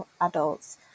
Adults